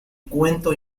cuento